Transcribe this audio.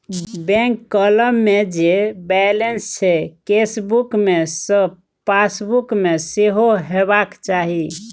bank column मे जे balance छै केसबुक मे सैह पासबुक मे सेहो हेबाक चाही